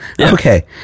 Okay